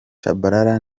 tchabalala